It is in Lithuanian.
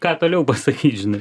ką toliau pasakyt žinai